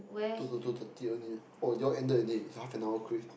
two two two thirty only ah oh they all ended already so half an hour quiz